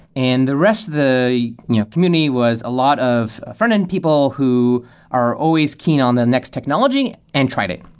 and the rest of the you know community was a lot of front-end people who are always keen on the next technology and tried it.